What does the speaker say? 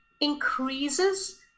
increases